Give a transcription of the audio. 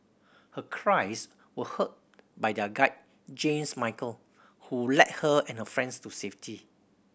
her cries were heard by their guide James Michael who led her and her friends to safety